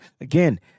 again